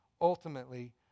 ultimately